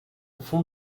fond